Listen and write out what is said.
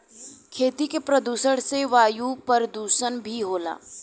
खेती के प्रदुषण से वायु परदुसन भी होला